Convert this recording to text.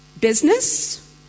Business